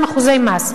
שחברה שתשלם 62% מס,